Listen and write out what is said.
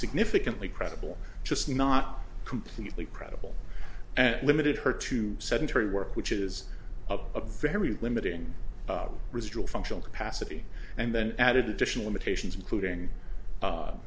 significantly credible just not completely credible and limited her to sedentary work which is a very limiting residual functional capacity and then added additional imitations including